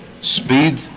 speed